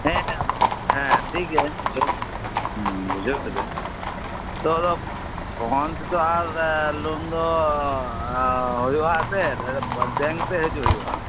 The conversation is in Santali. ᱦᱮᱸ ᱟᱫᱚ ᱦᱮᱸ ᱴᱷᱤᱠ ᱜᱮᱭᱟ ᱵᱩᱡᱷᱟᱹᱣ ᱠᱮᱫᱟᱹᱤᱧ ᱛᱳ ᱯᱷᱳᱱ ᱛᱮᱫᱚ ᱟᱨ ᱞᱳᱱ ᱫᱚ ᱦᱩᱭᱩᱜᱼᱟ ᱮᱱᱛᱮ ᱵᱮᱝ ᱛᱮ ᱦᱤᱡᱩᱜ ᱦᱩᱭᱩᱜᱼᱟ